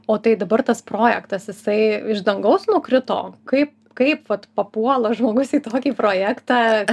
o tai dabar tas projektas jisai iš dangaus nukrito kaip kaip vat papuola žmogus į tokį projektą